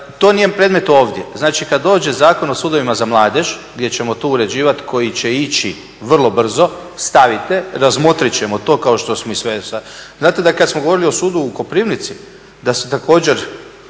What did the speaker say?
To nije predmet ovdje. Znači, kad dođe Zakon o sudovima za mladež, gdje ćemo tu uređivati koji će ići vrlo brzo. Stavite, razmotrit ćemo kao što smo i sve do sad. Znate da kad smo govorili o sudu u Koprivnici, da smo također